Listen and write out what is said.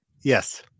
Yes